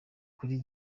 kuri